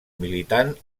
militant